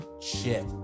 chip